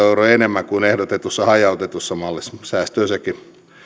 euroa enemmän kuin ehdotetussa hajautetussa mallissa säästöä sekin